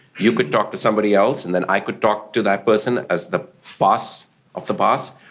you could talk to somebody else and then i could talk to that person as the boss of the boss.